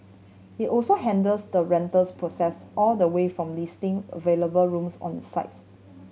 it also handles the rentals process all the way from listing available rooms on its sites